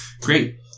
Great